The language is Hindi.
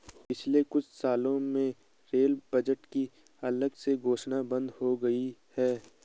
पिछले कुछ सालों में रेल बजट की अलग से घोषणा बंद हो गई है